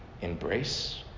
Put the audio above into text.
embrace